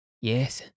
Yes